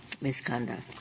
misconduct